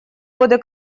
годы